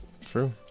True